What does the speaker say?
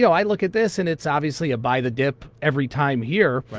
you know i look at this, and it's obviously a buy the dip every time here.